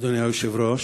אדוני היושב-ראש,